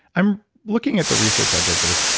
i'm looking at the research i did for this.